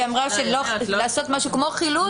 היא אמרה לעשות משהו כמו חילוט,